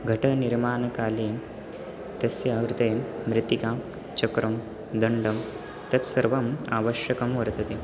घटनिर्मानकाले तस्य कृते मृत्तिका चक्रं दण्डं तत्सर्वम् आवश्यकं वर्तते